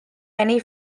many